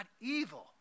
evil